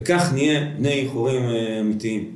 וכך נהיה בני חורין אמיתיים.